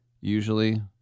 usually